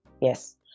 yes